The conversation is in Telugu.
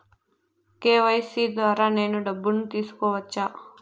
కె.వై.సి ద్వారా నేను డబ్బును తీసుకోవచ్చా?